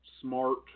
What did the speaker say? smart